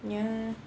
ya